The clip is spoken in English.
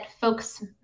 folks